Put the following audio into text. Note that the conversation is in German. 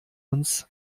uns